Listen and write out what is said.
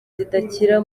zidakira